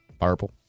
Purple